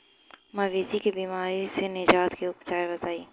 मवेशी के बिमारी से निजात के उपाय बताई?